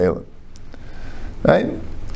Right